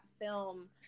film